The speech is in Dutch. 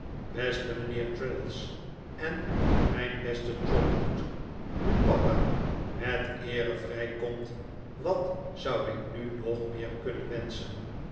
beste mijnheer traddles en mijn beste trotwood nu papa met eere vrij komt wat zou ik nu nog meer kunnen wenschen